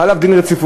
חל עליו דין רציפות.